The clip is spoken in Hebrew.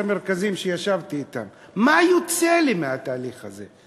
המרכזים שישבתי אתם: מה יוצא לי מהתהליך הזה?